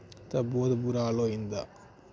ते बौह्त बुरा हाल होई जंदा